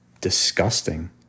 disgusting